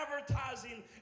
advertising